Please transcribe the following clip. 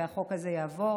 והחוק הזה יעבור.